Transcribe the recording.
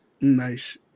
nice